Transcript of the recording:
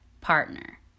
partner